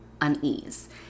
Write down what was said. unease